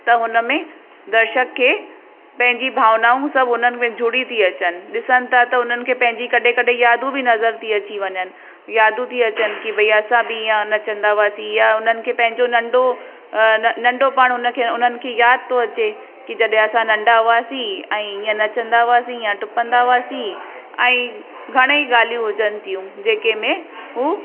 त हुन में दर्शक खे पंहिंजी भावनाऊं सभु उन्हनि में जुड़ी थी अचनि ॾिसनि था त उन्हनि खे पंहिंजी कॾहें कॾहें यादू बि नज़र थी अची वञनि यादू थी अचनि कि भई असां बि इअं नचंदा हुआसीं या हुननि खे पंहिंजो नंढो न नंढोपण हुनखे उन्हनि खे यादि तथो अचे कि जॾहिं असां नंढा हुआसीं ऐं हीअं नचंदा हुआसीं या टुपंदा हुआसीं ऐं घणेई ॻाल्हियूं हुजनि थियूं जेके में हू